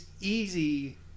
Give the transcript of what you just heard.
easy